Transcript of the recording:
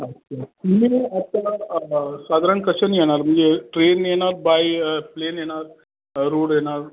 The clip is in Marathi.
अच्छा तुम्ही आत्ता साधारण कशाने येणार म्हणजे ट्रेनने येणार बाय प्लेन येणार रोड येणार